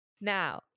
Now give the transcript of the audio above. Now